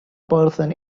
person